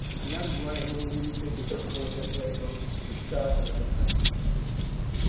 and that is why i don't really think it's important right now to start another constitutional convention.